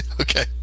Okay